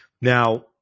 Now